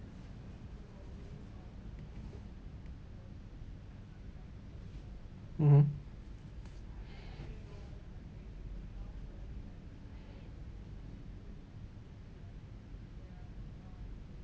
mmhmm